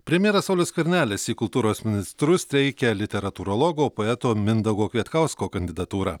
premjeras saulius skvernelis į kultūros ministrus teikia literatūrologo poeto mindaugo kvietkausko kandidatūrą